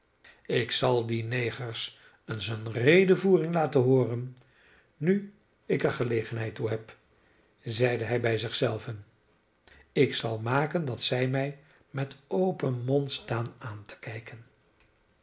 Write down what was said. ik zal die negers eens een redevoering laten hooren nu ik er gelegenheid toe heb zeide hij bij zich zelven ik zal maken dat zij mij met open mond staan aan te kijken